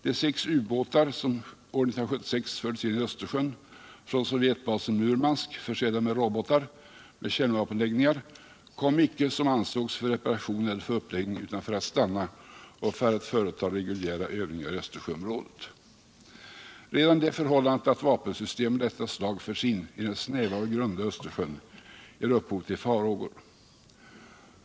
De sex ubåtar som år 1976 fördes in i Östersjön från sovjetbasen Murmansk — försedda med robotar med kärnvapenladdningar — kom icke, som ansågs, för reperation eller för uppläggning utan för att stanna och för att företa reguljära övningar i Östersjöområdet. Redan det förhållandet att vapensystem av detta slag förts in i den snäva och grunda Östersjön ger upphov till farhågor.